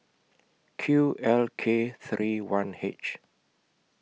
Q L K three one H